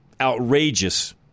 outrageous